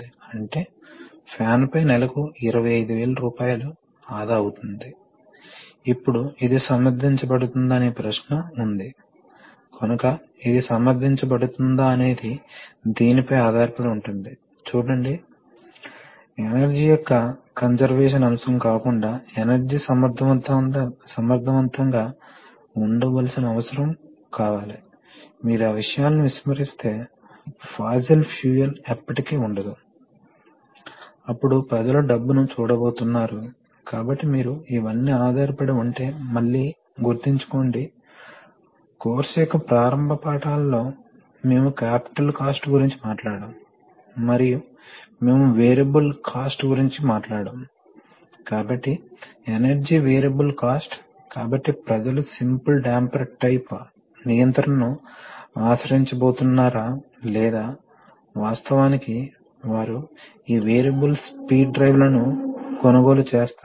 కాబట్టి valve lock చేయబడింది మరోవైపు మీరు ఈ చివరను ఈ స్థానానికి కనెక్ట్ చేస్తే ఏమి జరుగుతుంది అప్పుడు పిస్టన్ కుడివైపుకి కదులుతుంది ఎందుకంటే ఈ ఛాంబర్ ఇక్కడ కనెక్ట్ చేయబడి వుంది కానీ ఈ ఛాంబర్ అధిక ప్రెషర్ తో అనుసంధానించబడుతుంది కాబట్టి పిస్టన్ కుడివైపుకి కదలడం ప్రారంభిస్తుంది మరియు మీరు దానిని ఈ స్థితిలో ఇతర మార్గంలో కనెక్ట్ చేస్తే దీనికి విరుద్ధంగా ఉంటుంది మరియు ఈ స్థితిలో ఉన్నట్లయితే ఇది ఇతర మార్గంలో కదలడం ప్రారంభిస్తుంది మీరు రెండింటినీ ఉంచండి కాబట్టి నాలుగు కలయికలు ఉన్నాయి మరియు మీరు రెండింటినీ ఈ స్థితిలో ఉంచినట్లయితే వాస్తవానికి సిలిండర్ ఏ వైపుకి అయినా కదులుతుంది